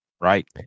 Right